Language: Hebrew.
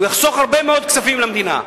הוא יחסוך הרבה מאוד כספים למדינה,